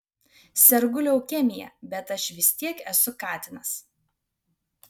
sergu leukemija bet aš vis tiek esu katinas